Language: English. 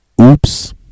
oops